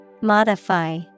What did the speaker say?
Modify